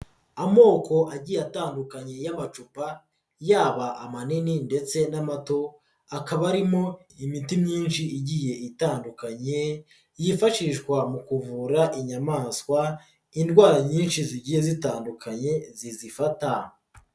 Amoko agiye atandukanye y'amacupa yaba amanini ndetse n'amato akaba arimo imiti myinshi igiye itandukanye yifashishwa mu kuvura inyamaswa indwara nyinshi zigiye zitandukanye zizifata.